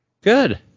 good